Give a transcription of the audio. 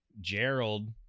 Gerald